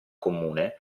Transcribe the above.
comune